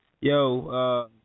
Yo